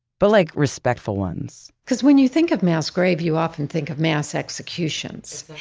but like respectful ones because when you think of mass grave, you often think of mass executions,